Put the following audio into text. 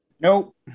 Nope